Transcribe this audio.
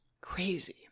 crazy